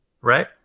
right